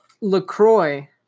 LaCroix